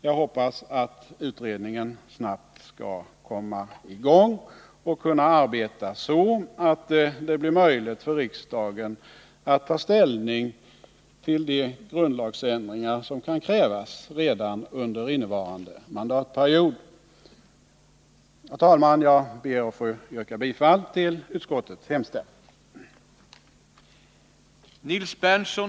Jag hoppas att utredningen snabbt skall komma i gång och kunna arbeta så att det blir möjligt för riksdagen att ta ställning till de grundlagsändringar som kan krävas redan under innevarande mandatperiod. Herr talman! Jag ber att få yrka bifall till utskottets hemställan.